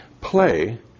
play